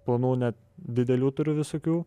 planų net didelių turiu visokių